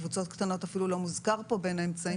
קבוצות קטנות אפילו לא מוזכרות כאן בין האמצעים.